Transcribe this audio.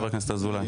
חבר הכנסת אזולאי.